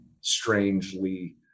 strangely